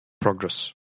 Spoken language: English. progress